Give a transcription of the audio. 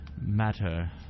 matter